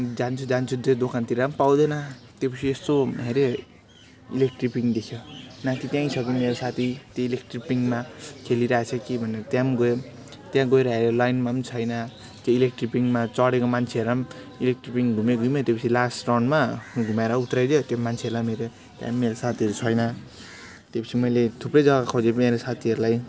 जान्छु जान्छु त्यो दोकानतिर पनि पाउँदैन त्योपिच्छे यसो हेरेँ इलेक्ट्रीक पिङ देख्यो माथि त्यहीँ छ कि मेरो साथी त्यो इलेक्ट्रिक पिङमा खेलिरहेको छ कि भनेर त्यहाँ पनि गएँ त्यहाँ गएर हेर्यो लाइनमा पनि छैन त्यो इलेक्ट्रिक पिङमा चढेको मान्छेहरूलाई पनि इलेक्ट्रिक पिङ घुम्यो घुम्यो त्योपिच्छे लास्ट राउन्डमा घुमाएर उतारिदियो त्यो मान्छेहरूलाई पनि हेरेँ त्यहाँ पनि मेरो साथीहरू छैन त्योपिच्छे मैले थुप्रै जग्गा खोजेँ मेरो साथीहरूलाई